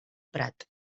prat